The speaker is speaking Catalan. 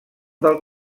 del